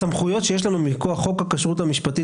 הסמכויות שיש לנו מכוח חוק הכשרות המשפטית